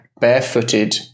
barefooted